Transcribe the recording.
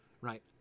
right